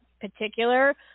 particular